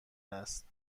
است